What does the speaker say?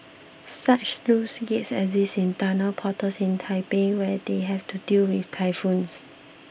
such sluice gates exist in tunnel portals in Taipei where they have to deal with typhoons